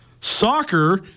Soccer